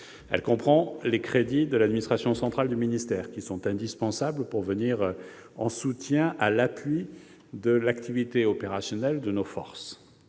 Elle comprend les crédits de l'administration centrale du ministère, indispensables pour venir en soutien et à l'appui de l'activité opérationnelle de nos forces.